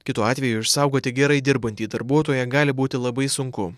kitu atveju išsaugoti gerai dirbantį darbuotoją gali būti labai sunku